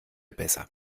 besser